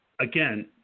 again